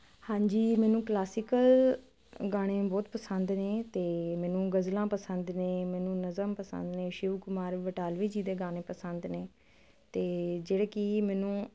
ਹਾਂਜੀ ਮੈਨੂੰ ਕਲਾਸਿਕਲ ਗਾਣੇ ਬਹੁਤ ਪਸੰਦ ਨੇ ਤੇ ਮੈਨੂੰ ਗਜ਼ਲਾਂ ਪਸੰਦ ਨੇ ਮੈਨੂੰ ਨਜ਼ਮ ਪਸੰਦ ਨੇ ਸ਼ਿਵ ਕੁਮਾਰ ਬਟਾਲਵੀ ਜੀ ਦੇ ਗਾਣੇ ਪਸੰਦ ਨੇ ਤੇ ਜਿਹੜੇ ਕਿ ਮੈਨੂੰ